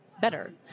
Better